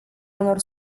unor